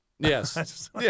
yes